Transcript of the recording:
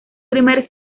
primer